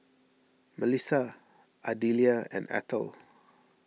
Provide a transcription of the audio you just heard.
Melissa Adelia and Ethel